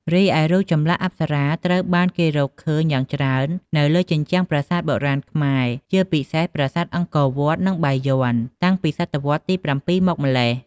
រីឯ រូបចម្លាក់អប្សរាត្រូវបានគេរកឃើញយ៉ាងច្រើននៅលើជញ្ជាំងប្រាសាទបុរាណខ្មែរ ជាពិសេសប្រាសាទអង្គរវត្ត និងបាយ័ន តាំងពីសតវត្សរ៍ទី ៧ មកម្ល៉េះ។